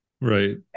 Right